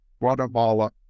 Guatemala